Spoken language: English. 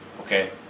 okay